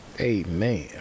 Amen